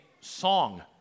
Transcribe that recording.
song